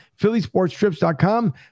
phillysportstrips.com